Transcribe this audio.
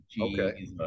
Okay